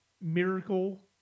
Miracle